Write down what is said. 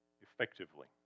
effectively